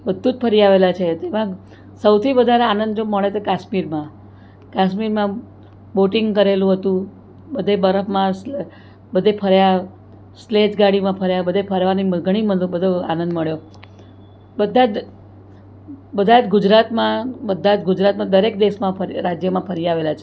બધું જ ફરી આવેલા છે તેમાં સૌથી વધારે આનંદ જો મળે તો કાશ્મીરમાં કાશ્મીરમાં બોટિંગ કરેલું હતું બધે બરફમાં સ બધે ફર્યા સ્લેજ ગાડીમાં ફર્યા બધે ફરવાની ઘણી બધો આનંદ મળ્યો બધા જ બધા જ ગુજરાતમાં બધા જ ગુજરાતમાં દરેક દેશમાં રાજ્યમાં ફરી આવેલા છે